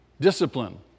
Discipline